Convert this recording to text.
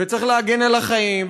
צריך להגן על החיים,